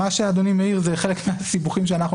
מה שאדוני מעיר זה חלק מהסיבוכים שאליהם